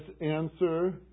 answer